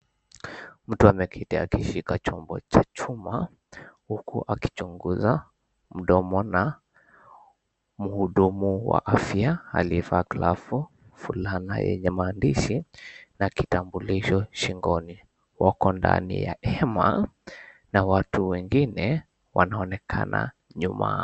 Mtu ameketi akishika chombo cha chuma huku akichunguzwa mdomo na muhudumu wa afya aliyevaa glavu, fulana yenye maandishi na kitambulisho shingoni. Wako ndani ya hema na watu wengine wanaonekana nyuma.